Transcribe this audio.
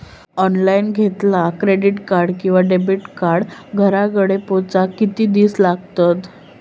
Online घेतला credit card किंवा debit card घराकडे पोचाक कितके दिस लागतत?